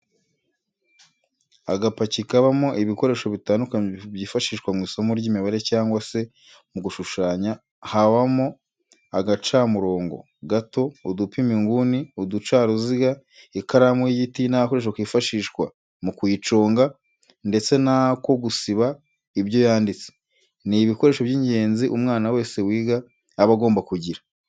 Agapaki kabamo ibikoresho bitandukanye byifashishwa mu isomo ry'imibare cyangwa se mu gushushanya habamo agacamurongo gato, udupima inguni, uducaruziga, ikaramu y'igiti n'agakoresho kifashishwa mu kuyiconga ndetse n'ako gusiba ibyo yanditse, ni ibikoresho by'ingenzi umwana wese wiga aba agomba kugira.